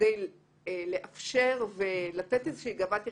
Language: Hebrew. כדי לאפשר ולתת איזושהי גאוות יחידה,